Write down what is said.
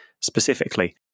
specifically